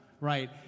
Right